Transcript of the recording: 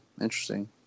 Interesting